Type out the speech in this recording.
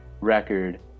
record